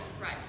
Right